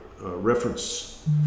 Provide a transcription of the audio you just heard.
reference